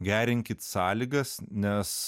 gerinkit sąlygas nes